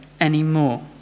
anymore